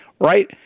right